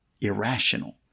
irrational